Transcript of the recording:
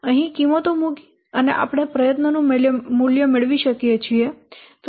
અહીં કિંમતો મૂકીને આપણે પ્રયત્નોનું મૂલ્ય મેળવી શકીએ છીએ